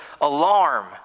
alarm